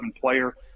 player